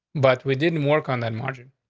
but we didn't work on that margin.